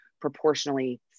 proportionally